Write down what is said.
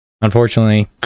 Unfortunately